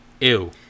Ew